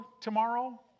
tomorrow